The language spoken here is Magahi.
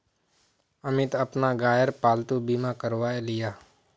अमित अपना गायेर पालतू बीमा करवाएं लियाः